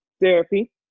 therapy